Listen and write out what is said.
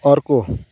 अर्को